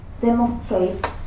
demonstrates